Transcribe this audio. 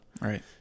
Right